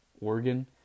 organ